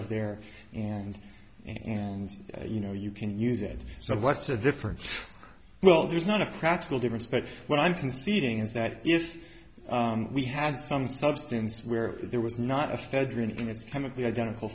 of there and and you know you can use it so what's the difference well there's not a practical difference but what i'm conceding is that if we had some substance where there was not a federal